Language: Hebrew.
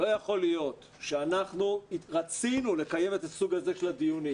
לא יכול להיות שאנחנו רצינו לקיים את הסוג זה של הדיונים